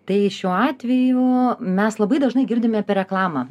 tai šiuo atveju mes labai dažnai girdime per reklamą